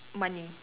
money